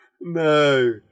No